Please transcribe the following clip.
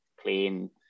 clean